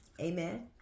Amen